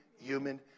human